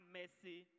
mercy